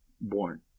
born